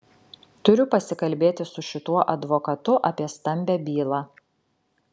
turiu pasikalbėti su šituo advokatu apie stambią bylą